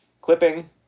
Clipping